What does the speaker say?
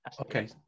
okay